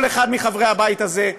כל אחד מחברי הבית הזה,